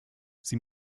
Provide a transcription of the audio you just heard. sie